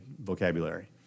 vocabulary